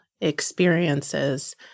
experiences